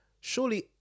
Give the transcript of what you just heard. Surely